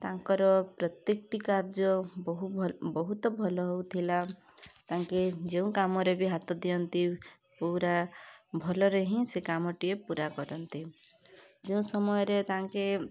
ତାଙ୍କର ପ୍ରତ୍ୟେକଟି କାର୍ଯ୍ୟ ବହୁତ ଭଲ ହେଉଥିଲା ତାଙ୍କେ ଯେଉଁ କାମରେ ବି ହାତ ଦିଅନ୍ତି ପୁରା ଭଲରେ ହିଁ ସେ କାମଟିଏ ପୁରା କରନ୍ତି ଯେଉଁ ସମୟରେ ତାଙ୍କେ